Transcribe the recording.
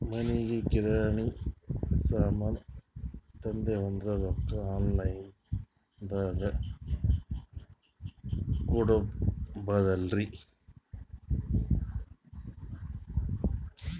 ಮನಿಗಿ ಕಿರಾಣಿ ಸಾಮಾನ ತಂದಿವಂದ್ರ ರೊಕ್ಕ ಆನ್ ಲೈನ್ ದಾಗ ಕೊಡ್ಬೋದಲ್ರಿ?